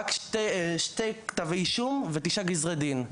הוגשו רק שני כתבי אישום והיו סך הכול תשעה גזרי דין.